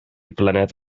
flynedd